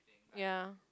ya